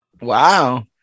Wow